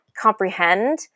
comprehend